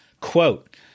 quote